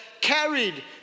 carried